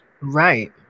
right